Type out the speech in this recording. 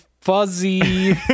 fuzzy